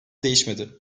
değişmedi